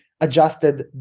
adjusted